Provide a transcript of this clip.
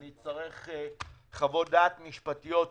אני אצטרך לקבל חוות דעת משפטיות.